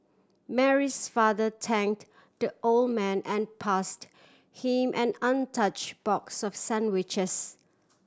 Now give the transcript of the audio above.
Mary's father thank the old man and passed him an untouch box of sandwiches